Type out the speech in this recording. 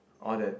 all the